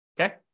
Okay